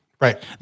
Right